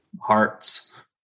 hearts